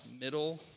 middle